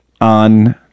on